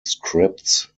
scripts